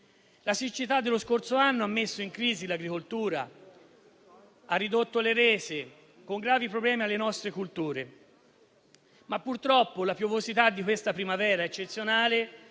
La siccità dello scorso anno ha messo in crisi l'agricoltura e ne ha ridotto le rese, con gravi problemi alle nostre colture. Purtroppo, però, la piovosità di questa primavera eccezionale